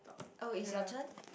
oh it's your turn